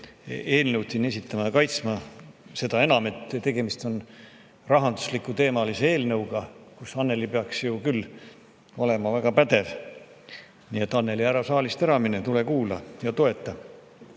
eelnõu siin esitama ja kaitsma. Seda enam, et tegemist on rahandusteemalise eelnõuga, mille puhul Annely peaks küll olema väga pädev. Nii et, Annely, ära saalist ära mine, tule kuula ja